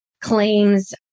claims